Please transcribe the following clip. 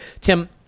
Tim